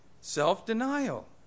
Self-denial